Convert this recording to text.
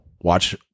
watch